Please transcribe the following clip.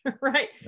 right